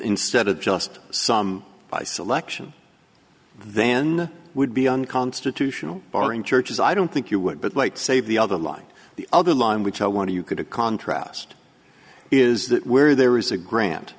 instead of just some by selection then would be unconstitutional barring churches i don't think you would but like say the other line the other line which i want to you could to contrast is that where there is a grant